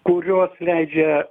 kurios leidžia